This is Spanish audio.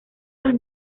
los